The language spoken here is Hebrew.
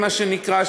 מה שנקרא,